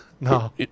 No